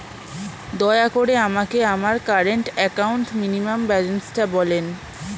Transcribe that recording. দয়া করে আমাকে আমার কারেন্ট অ্যাকাউন্ট মিনিমাম ব্যালান্সটা বলেন